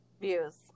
Views